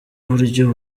buryo